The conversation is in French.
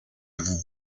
vous